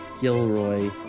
Gilroy